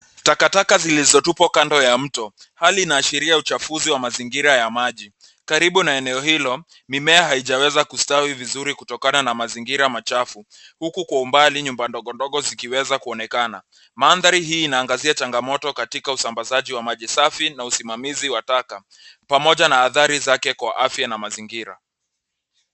Takataka zilizotupwa kando ya mto. Hali inaashiria uchafuzi wa mazingira ya maji. Karibu na eneo hilo mimea haijaweza kustawi vizuri kutokana na mazingira machafu huku kwa umbali nyumba ndogo ndogo zikiweza kuonekana. Mandhari hii inaangazia changamoto katika usambazaji wa maji safi na usimamizi wa taka, pamoja na athari zake kwa afya na mazingira.